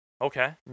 Okay